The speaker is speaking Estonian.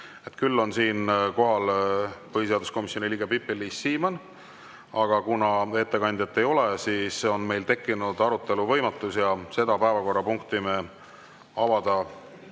Küll on siin kohal põhiseaduskomisjoni liige Pipi-Liis Siemann. Aga kuna ettekandjat ei ole, siis on meil tekkinud arutelu võimatus ja seda päevakorrapunkti me avada